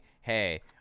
hey